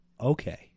Okay